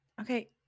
Okay